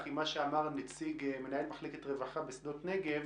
עם מה שאמר מנהל מחלקת רווחה בשדות נגב